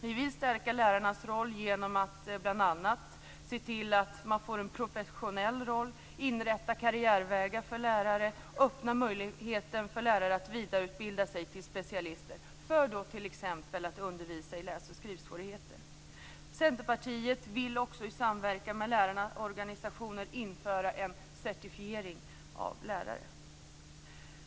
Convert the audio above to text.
Vi vill stärka lärarna genom att bl.a. se till att de får en professionell roll, inrätta karriärvägar för lärare och öppna möjligheten för lärare att vidareutbilda sig till specialister för att de t.ex. skall kunna undervisa elever med läs och skrivsvårigheter. Centerpartiet vill också i samverkan med lärarnas organisationer införa en certifiering av lärare.